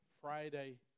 Friday